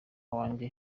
wanjye